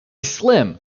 slim